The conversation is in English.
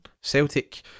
Celtic